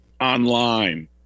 online